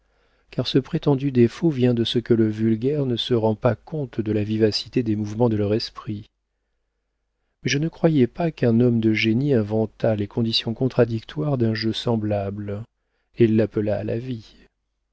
car ce prétendu défaut vient de ce que le vulgaire ne se rend pas compte de la vivacité des mouvements de leur esprit mais je ne croyais pas qu'un homme de génie inventât les conditions contradictoires d'un jeu semblable et l'appelât la vie